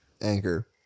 Anchor